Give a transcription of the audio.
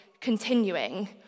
continuing